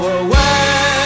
away